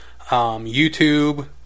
YouTube